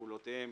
ופעולותיהם